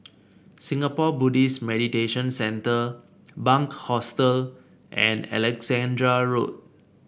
Singapore Buddhist Meditation Centre Bunc Hostel and Alexandra Road